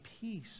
peace